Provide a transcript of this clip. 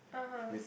(uh huh)